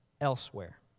elsewhere